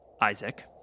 Isaac